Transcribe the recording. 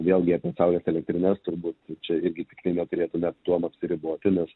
vėlgi apie saulės elektrines turbūt čia irgi tiktai neturėtume tuo apsiriboti nes